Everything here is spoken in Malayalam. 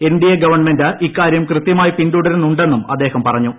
എൻഡിഎ ഗവൺമെന്റ് ഇക്കാര്യം കൃത്യമായി പിന്തുടരുന്നുടെ ന്നും അദ്ദേഹം പറഞ്ഞു